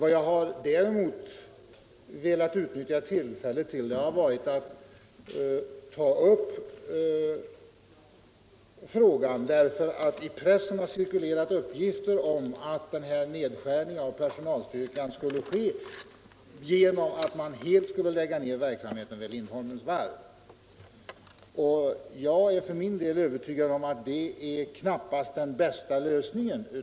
Däremot har jag velat utnyttja tillfället att ta upp frågan eftersom det i pressen har cirkulerat uppgifter om att denna nedskärning av personalstyrkan skulle ske genom att man helt skulle lägga ned verksamheten vid Lindholmens varv. Jag är övertygad om att det knappast är den bästa lösningen.